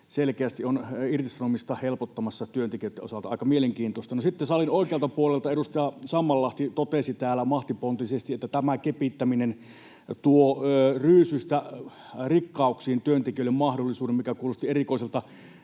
selkeästi on irtisanomista helpottamassa työntekijöiden osalta. Aika mielenkiintoista. No sitten salin oikealta puolelta edustaja Sammallahti totesi täällä mahtipontisesti, että tämä kepittäminen tuo työntekijöille mahdollisuuden ryysyistä rikkauksiin,